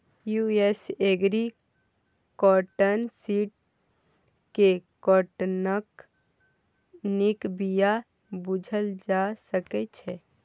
US agri cotton seed केँ काँटनक नीक बीया बुझल जा सकै छै